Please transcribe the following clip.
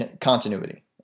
continuity